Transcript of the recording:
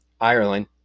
Ireland